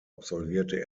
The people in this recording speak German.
absolvierte